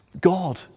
God